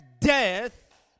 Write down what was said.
death